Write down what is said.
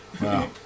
Wow